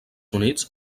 units